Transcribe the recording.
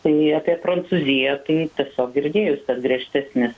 tai apie prancūziją tai tas girdėjus kad griežtesnis